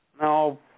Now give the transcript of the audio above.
no